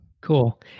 Cool